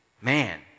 man